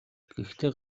гэхдээ